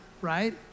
right